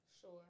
Sure